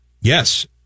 yes